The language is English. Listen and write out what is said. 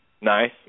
Nice